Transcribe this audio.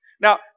Now